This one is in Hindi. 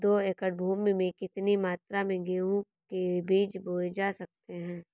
दो एकड़ भूमि में कितनी मात्रा में गेहूँ के बीज बोये जा सकते हैं?